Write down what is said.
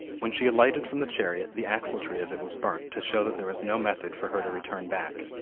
when she alighted from the chariot the axle-tree of it was burnt to show that there was no method for her to return back.